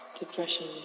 Depression